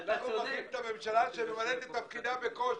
מברכים ממשלה שממלאת את תפקידה בקושי,